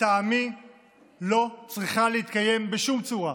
לטעמי לא צריכה להתקיים בשום צורה.